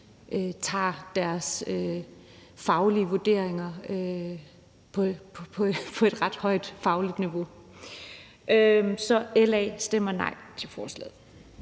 foretager deres vurderinger på et ret højt fagligt niveau. Så LA stemmer nej til forslaget.